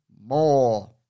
more